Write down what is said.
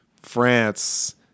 France